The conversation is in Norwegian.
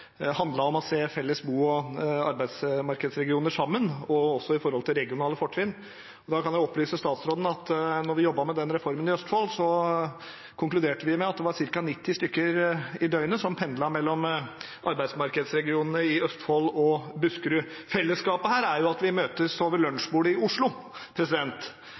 om å se felles bo- og arbeidsmarkedsregioner sammen, også med tanke på regionale fortrinn. Da kan jeg opplyse statsråden om at da vi jobbet med den reformen i Østfold, konkluderte vi med at det var ca. 90 stykker i døgnet som pendlet mellom arbeidsmarkedsregionene i Østfold og Buskerud. Fellesskapet er jo at vi møtes over lunsjbordet i Oslo,